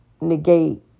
negate